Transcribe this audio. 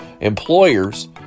Employers